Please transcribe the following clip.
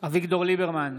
אביגדור ליברמן,